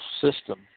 system